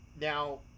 Now